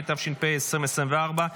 התשפ"ה 2024,